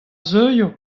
zeuio